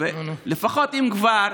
לפחות, אם כבר,